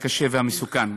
הקשה והמסוכן.